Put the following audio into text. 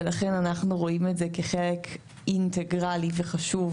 ולכן אנחנו רואים את זה כחלק אינטגרלי וחשוב